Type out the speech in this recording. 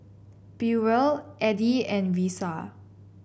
Burrell Eddy and Risa